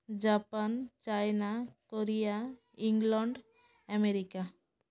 Japan China Korea England America